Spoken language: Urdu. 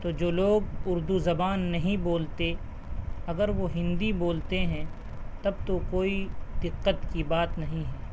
تو جو لوگ اردو زبان نہیں بولتے اگر وہ ہندی بولتے ہیں تب تو کوئی دقت کی بات نہیں ہے